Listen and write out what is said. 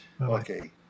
Okay